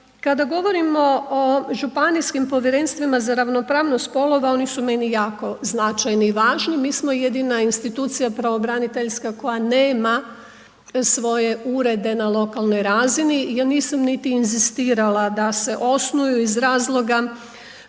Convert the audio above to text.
Kada govorimo o županijskim povjerenstvima za ravnopravnost spolova, oni su meni jako značajni i važni, mi smo jedina institucija pravobraniteljska koja nema svoje urede na lokalnoj razini, ja nisam niti inzistirala da se osnuju iz razloga